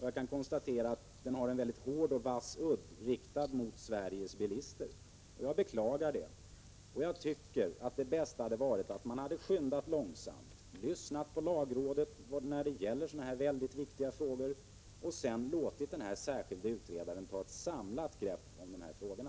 Jag kan konstatera att offensiven har en hård och vass udd riktad mot Sveriges bilister. Jag beklagar det. Jag tycker att det bästa hade varit att man hade skyndat långsamt, lyssnat på lagrådet när det gäller en så väldigt viktig fråga och sedan låtit den särskilde utredaren ta ett samlat grepp om de här frågorna.